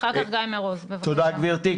תודה, גברתי.